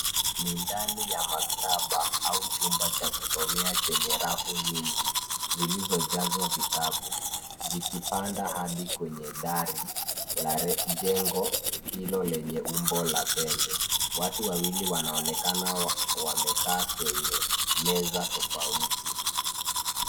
Ni ndani ya maktaba au chumba cha kusomea chenye rafu nyingi zilizojazwa vitabu zikipanda hadi kwenye dari la jengo hilo lenye umbo la pembe. Watu wawili wanaonekana wamekaa kwenye meza tofauti.